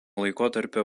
laikotarpio